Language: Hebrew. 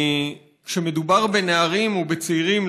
כשמדובר בנערים ובצעירים,